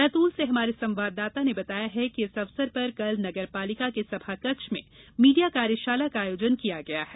बैतूल से हमारे संवाददाता ने बताया है कि इस अवसर पर कल नगरपालिका के सभाकक्ष में मीडिया कार्यशाला का आयोजन किया गया है